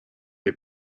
les